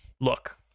look